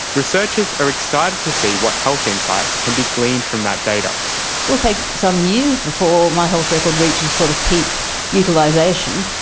researchers are excited to see what health insights can be gleaned from that data. it will take some years before my health record reaches sort of peak utilisation,